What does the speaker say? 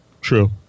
True